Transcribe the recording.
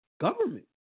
government